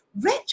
rich